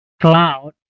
cloud